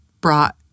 brought